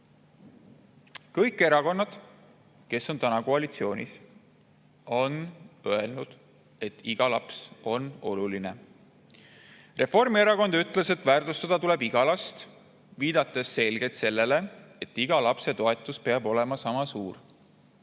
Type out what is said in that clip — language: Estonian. kõik erakonnad, kes on praegu koalitsioonis, on öelnud, et iga laps on oluline. Reformierakond ütles, et väärtustada tuleb iga last, viidates selgelt sellele, et kõigi laste toetus peab olema ühesuurune.